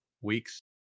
Weeks